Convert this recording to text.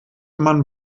man